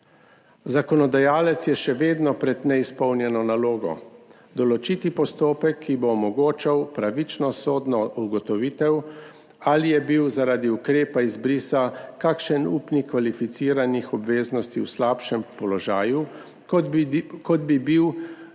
Zakonodajalec je še vedno pred neizpolnjeno nalogo – določiti postopek, ki bo omogočal pravično sodno ugotovitev, ali je bil zaradi ukrepa izbrisa kakšen upnik kvalificiranih obveznosti v slabšem položaju, kot bi bil,